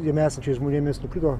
jame esančiais žmonėmis nukrito